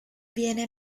viene